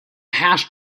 hash